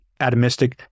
atomistic